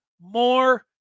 more